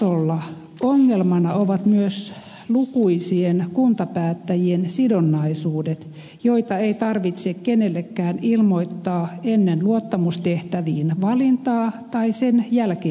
kuntatasolla ongelmana ovat myös lukuisien kuntapäättäjien sidonnaisuudet joita ei tarvitse kenellekään ilmoittaa ennen luottamustehtäviin valintaa tai sen jälkeenkään